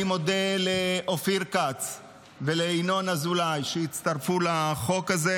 אני מודה לאופיר כץ ולינון אזולאי שהצטרפו לחוק הזה,